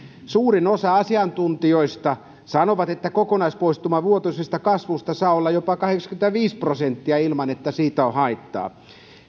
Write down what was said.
suurin osa asiantuntijoista sanoo että kokonaispoistuma vuotuisesta kasvusta saa olla jopa kahdeksankymmentäviisi prosenttia ilman että siitä on haittaa